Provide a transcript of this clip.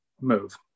move